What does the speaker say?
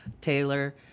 Taylor